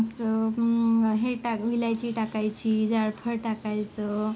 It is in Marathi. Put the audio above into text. असं हे टाक विलायची टाकायची जायफळ टाकायचं